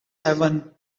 heaven